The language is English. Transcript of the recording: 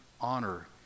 honor